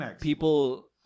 people